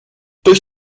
durch